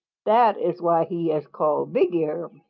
that is why he is called bigear.